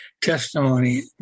Testimony